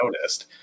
noticed